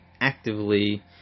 actively